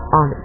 on